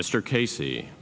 mr casey